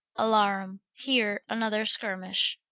alarum. here another skirmish.